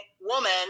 woman